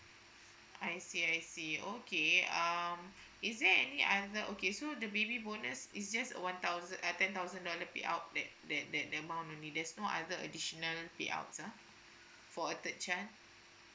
I see I see okay um is there any other okay so the baby bonus it's just one thousand uh ten thousand dollar payout that that that that amount only there's no other additional payouts ah for a third child